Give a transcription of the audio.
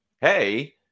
hey